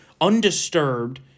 undisturbed